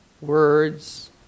words